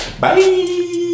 Bye